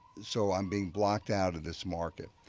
so i'm being blocked out of this market.